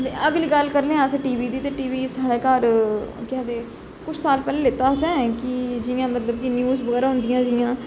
ते अगली गल्ल करने आं अस टीवी दी ते टीवी साढ़ा घर केह् आखदे कुछ साल पैहलें लैता हा असें कि जियां मतलब कि न्यूज बगैरा होंदी ऐ जियां